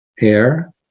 Air